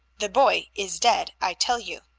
the boy is dead, i tell you.